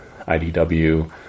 IDW